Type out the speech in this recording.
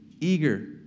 eager